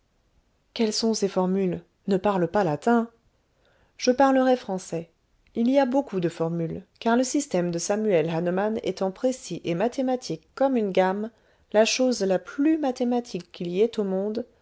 quelles sont ces formules ne parle pas latin je parlerai français il y a beaucoup de formules car le système de samuel hahnemann étant précis et mathématique comme une gamme la chose la plus mathématique qu'il y ait au monde